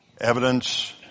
evidence